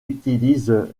utilisent